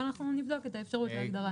אבל אנחנו נבדוק את האפשרות להגדרה.